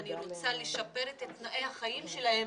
אני רוצה לשפר את תנאי החיים שלהם